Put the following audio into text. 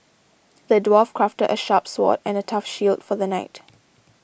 the dwarf crafted a sharp sword and a tough shield for the knight